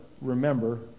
remember